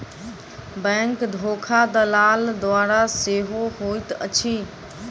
bank धोखा दलाल द्वारा सेहो होइत अछि